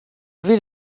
ville